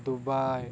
Dubai